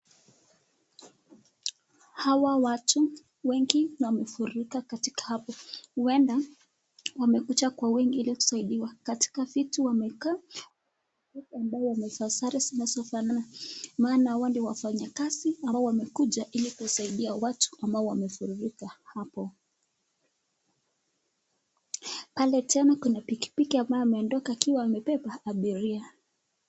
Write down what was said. Hawa watu wengi wamefurika katika hapo, huenda wamekuja kwa wingi ili kusaidiwa, katika viti wamekaa ambao wamevaa sare zinazofanana maana hawa ni wafanyikazi ambao wamekuja ili kusaidia watu ambao wamefurika hapo. Pale tena kuna pikipiki ambaye ameondoka akiwa amebeba abiria.